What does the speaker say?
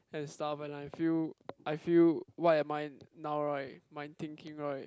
and stuff and I feel I feel what am I now right my thinking right